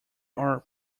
are